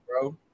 bro